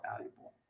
valuable